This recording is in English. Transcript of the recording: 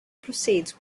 proceeds